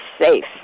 safe